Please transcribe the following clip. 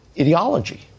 ideology